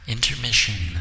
Intermission